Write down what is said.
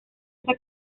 esta